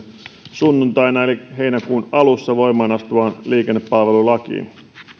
sunnuntaina eli heinäkuun alussa voimaan astuvaan liikennepalvelulakiin